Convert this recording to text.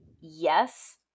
yes